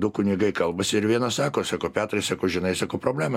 du kunigai kalbasi ir vienas sako sako petrai sako žinai sako problema